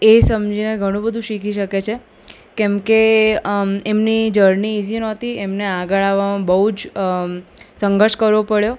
એ સમજીને ઘણું બધું શીખી શકે છે કેમ કે એમની જર્ની ઇઝી નહોતી એમને આગળ આવવામાં બહુ જ સંઘર્ષ કરવો પડ્યો